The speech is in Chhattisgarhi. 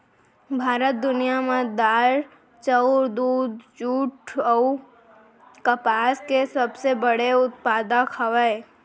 भारत दुनिया मा दार, चाउर, दूध, जुट अऊ कपास के सबसे बड़े उत्पादक हवे